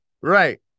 right